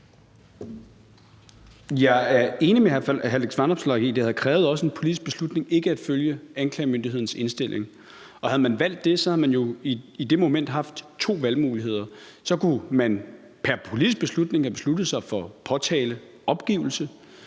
Vanopslagh i, at det også havde krævet en politisk beslutning ikke at følge anklagemyndighedens indstilling. Og havde man valgt det, havde man jo i det moment haft to valgmuligheder. Man kunne pr. politisk beslutning have besluttet sig for påtaleopgivelse.